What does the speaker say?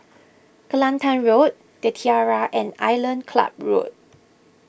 Kelantan Road the Tiara and Island Club Road